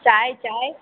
चाय चाय